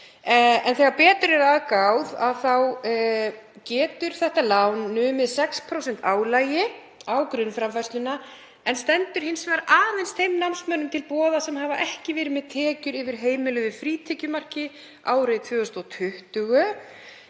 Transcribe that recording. Þegar betur er að gáð getur lánið numið 6% álagi á grunnframfærsluna en stendur hins vegar aðeins þeim námsmönnum til boða sem hafa ekki verið með tekjur yfir heimiluðu frítekjumarki árið 2020,